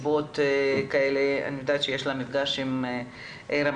אני יודעת שיש לה מפגש עם הרמטכ"ל,